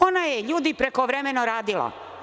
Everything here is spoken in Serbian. Ona je ljudi prekovremeno radila.